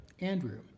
Andrew